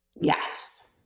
Yes